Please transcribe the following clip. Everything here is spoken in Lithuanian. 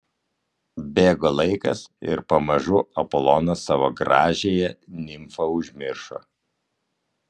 bėgo laikas ir pamažu apolonas savo gražiąją nimfą užmiršo